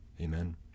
Amen